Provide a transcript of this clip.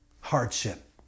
hardship